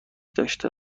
داشته